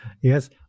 Yes